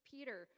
Peter